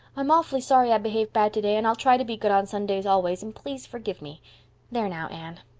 i'm awful sorry i behaved bad today and i'll try to be good on sundays always and please forgive me there now, anne.